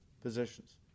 positions